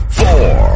four